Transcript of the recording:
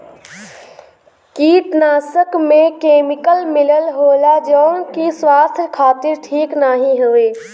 कीटनाशक में केमिकल मिलल होला जौन की स्वास्थ्य खातिर ठीक नाहीं हउवे